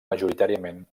majoritàriament